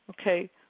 Okay